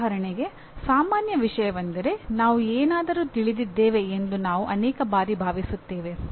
ಉದಾಹರಣೆಗೆ ಸಾಮಾನ್ಯ ವಿಷಯವೆಂದರೆ ನಾವು ಏನಾದರೂ ತಿಳಿದಿದ್ದೇವೆ ಎಂದು ನಾವು ಅನೇಕ ಬಾರಿ ಭಾವಿಸುತ್ತೇವೆ